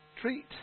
treat